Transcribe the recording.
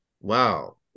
wow